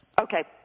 Okay